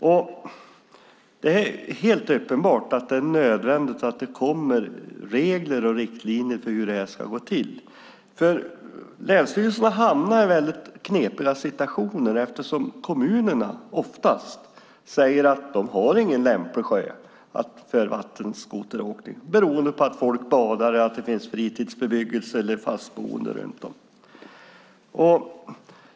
Det är helt uppenbart att det är nödvändigt att det kommer regler och riktlinjer för hur det ska gå till. Länsstyrelserna hamnar i väldigt knepiga situationer eftersom kommunerna oftast säger att de inte har någon lämplig sjö för vattenskoteråkning beroende på att folk badar, att det finns fritidsbebyggelse eller fast boende runt om.